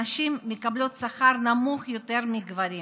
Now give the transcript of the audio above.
נשים מקבלות שכר נמוך יותר מגברים.